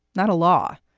not a law.